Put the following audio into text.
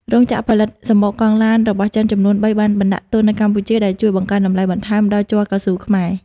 រោងចក្រផលិតសំបកកង់ឡានរបស់ចិនចំនួន ៣ បានមកបណ្ដាក់ទុននៅកម្ពុជា ដែលជួយបង្កើនតម្លៃបន្ថែមដល់ជ័រកៅស៊ូខ្មែរ។